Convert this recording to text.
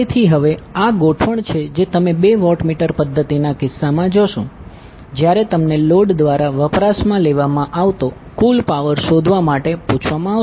તેથી હવે આ ગોઠવણ છે જે તમે બે વોટમીટર પધ્ધતિના કિસ્સામાં જોશો જ્યારે તમને લોડ દ્વારા વપરાશમાં લેવામાં આવતો કુલ પાવર શોધવા માટે પૂછવામાં આવશે